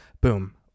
Boom